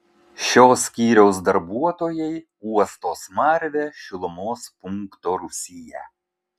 šio skyriaus darbuotojai uosto smarvę šilumos punkto rūsyje